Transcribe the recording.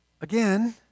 Again